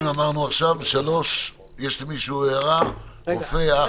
יש למישהו הערה לגבי פסקה (3)?